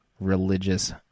religious